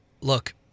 look